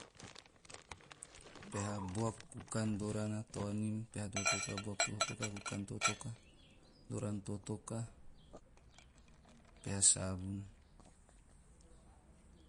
Peha, buaku, kukan, dorana, taonim, pehatotoka, buakutotoka, doranatotoka, pehasavun.